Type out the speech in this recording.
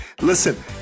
Listen